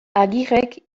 agirrek